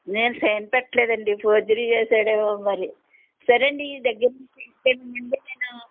నేను సైన్ పెట్లేదండి ఫోర్జరీ చేశాడేమో మరి సరే అండి దగ్గరుండి కేర్ తీసుకుంటాము